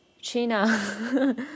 China